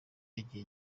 igihe